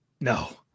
No